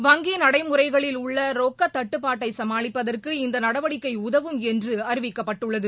வங்கி நடைமுறைகளில் உள்ள ரொக்க தட்டுப்பாட்டை சமாளிப்பதற்கு இந்த நடவடிக்கை உதவும் என்று அறிவிக்கப்பட்டுள்ளது